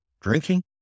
drinking